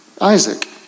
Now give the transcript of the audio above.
Isaac